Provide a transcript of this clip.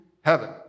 heaven